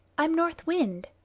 i'm north wind.